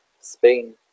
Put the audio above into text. Spain